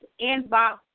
inbox